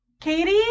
Katie